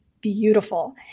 beautiful